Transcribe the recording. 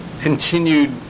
continued